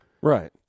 Right